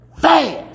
Fast